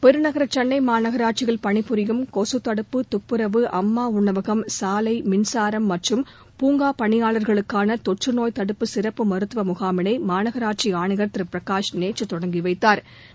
பெருநகர சென்னை மாநகராட்சியில் பணிபுரியும் கொசு தடுப்பு துப்புறவு அம்மா உணவகம் சாலை மின்சாரம் மற்றும் பூங்கா பணியாளா்களுக்கான தொற்றுநோய் தடுப்பு சிறப்பு மருத்துவ முகாமினை மாநகராட்சி ஆணையா் திரு பிரகாஷ் நேற்று தொடங்கி வைத்தாா்